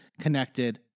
connected